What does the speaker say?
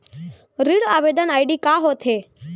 ऋण आवेदन आई.डी का होत हे?